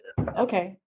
Okay